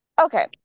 Okay